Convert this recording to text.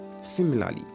Similarly